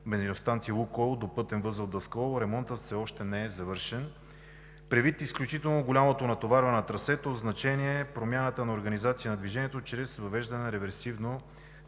бензиностанция „Лукойл“ до пътен възел Даскалово, ремонтът все още не е завършен. Предвид изключително голямото натоварване на трасето е от значение промяната на организацията на движението чрез въвеждане на реверсивно